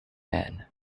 man